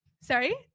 sorry